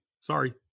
Sorry